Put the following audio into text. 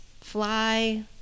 fly